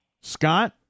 Scott